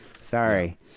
Sorry